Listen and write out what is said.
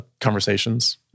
conversations